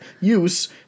use